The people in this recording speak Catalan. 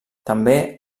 també